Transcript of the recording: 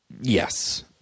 Yes